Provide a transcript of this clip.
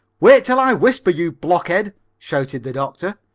wait till i whisper, you blockhead, shouted the doctor.